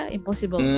Impossible